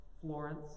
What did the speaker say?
Florence